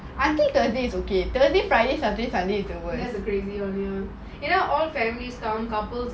I think thursday is okay friday saturday sunday is the worst